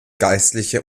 geistliche